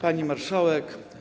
Pani Marszałek!